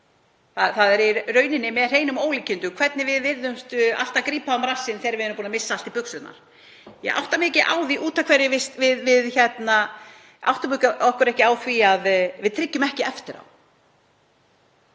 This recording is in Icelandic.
Það er í rauninni með hreinum ólíkindum hvernig við virðumst alltaf grípa um rassinn þegar við erum búin að missa allt í buxurnar. Ég átta mig ekki á því af hverju við áttum okkur ekki á því að við tryggjum ekki eftir á.